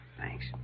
thanks